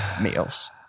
meals